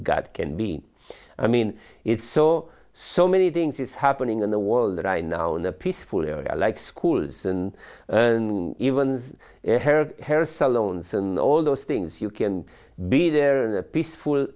god can be i mean it's so so many things is happening in the world right now in a peaceful area like schools and even hair salons and all those things you can be there in a peaceful